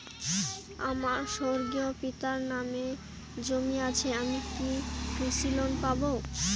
আমার স্বর্গীয় পিতার নামে জমি আছে আমি কি কৃষি লোন পাব?